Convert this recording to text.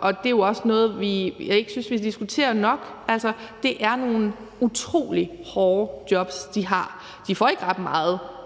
og det er jo også noget, jeg ikke synes vi diskuterer nok. Altså, det er nogle utrolig hårde jobs, de har. De får ikke ret meget